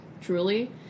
truly